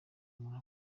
umuntu